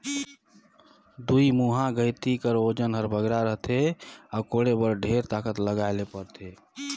दुईमुहा गइती कर ओजन हर बगरा रहथे अउ कोड़े बर ढेर ताकत लगाए ले परथे